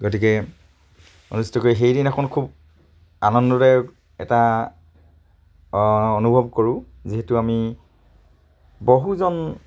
গতিকে অনুষ্ঠিত কৰি সেইদিনাখন খুব আনন্দদায়ক এটা অনুভৱ কৰোঁ যিহেতু আমি বহুজন